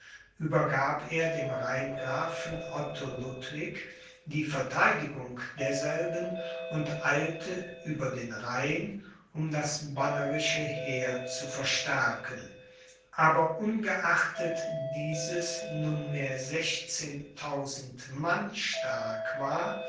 übergab er dem rheingrafen otto ludwig die verteidigung derselben und eilte über den rhein um das bannerische heer zu verstärken aber ungeachtet dieses nunmehr sechzehntausend mann stark war